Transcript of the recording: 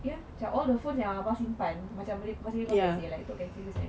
macam all the food that abah simpan masih boleh masih boleh pakai seh